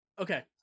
Okay